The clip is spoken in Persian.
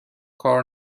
کار